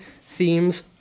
themes